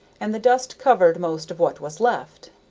and the dust covered most of what was left